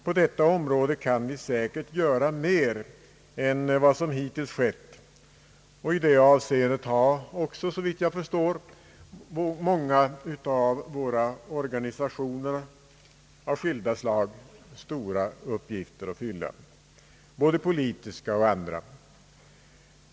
På detta område kan vi säkert göra mer än vad som hittills gjorts, och i det avseendet har också såvitt jag förstår många av våra organisationer av skilda slag — både politiska och andra — stora uppgifter att fylla.